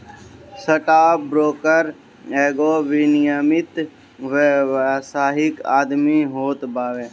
stock broker एगो विनियमित व्यावसायिक आदमी होत हवे